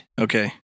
Okay